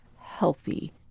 healthy